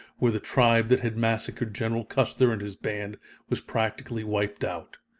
where the tribe that had massacred general custer and his band was practically wiped out.